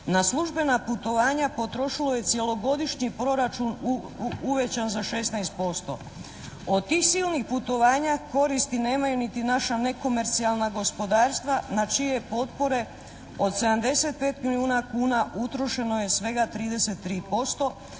na službena putovanja potrošilo je cjelogodišnji proračun uvećan za 16%. Od tih silnih putovanja koristi nemaju niti naša nekomercijalna gospodarstva na čije potpore od 75 milijuna kuna utrošeno je svega 33%,